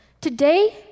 Today